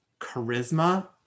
charisma